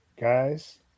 guys